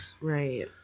Right